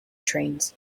trains